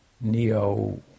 neo